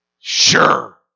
sure